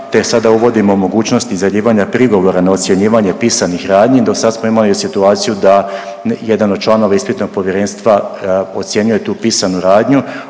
te sada uvodimo mogućnost izjavljivanja prigovora na ocjenjivanje pisanih radnji, do sad smo imali situaciju da jedan od članova ispitnog povjerenstva ocjenjuje tu pisanu radnju,